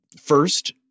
First